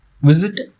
visit